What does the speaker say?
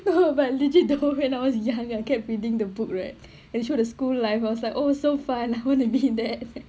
no but legit you know when I was young I kept reading the book right and it shows the school life was like oh so fun I wanna be that